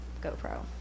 GoPro